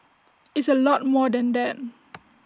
it's A lot more than that